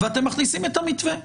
ואתם מכניסים את המתווה.